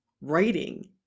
writing